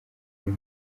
iyi